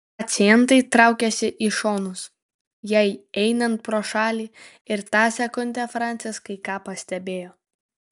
pacientai traukėsi į šonus jai einant pro šalį ir tą sekundę francis kai ką pastebėjo